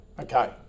Okay